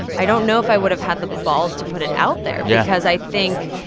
i don't know if i would have had the balls to put it out there. yeah. because i think,